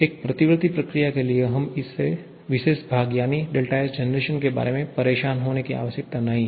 एक प्रतिवर्ती प्रक्रिया के लिए हमें इस विशेष भाग यानी Sgenके बारे में परेशान होने की आवश्यकता नहीं है